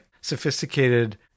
sophisticated